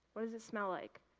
what does it smell like?